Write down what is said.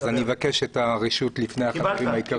אז אני מבקש את הרשות לפני הדוברים האחרים.